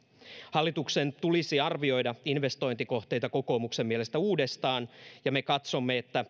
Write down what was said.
hallituksen tulisi arvioida investointikohteita kokoomuksen mielestä uudestaan ja me katsomme että